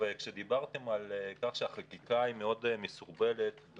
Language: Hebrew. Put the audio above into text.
כשדיברתם על כך שהחקיקה מסובכת מאוד